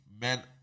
men